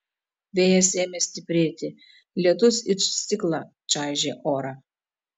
vėjas ėmė stiprėti lietus it stiklą čaižė orą